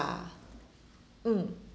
mm